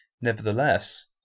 Nevertheless